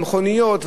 במכוניות,